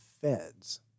Feds